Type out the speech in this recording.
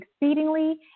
exceedingly